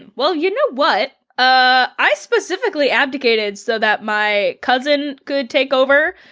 and well, you know what. i specifically abdicated so that my cousin could takeover.